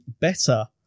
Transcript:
better